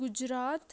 Gujarat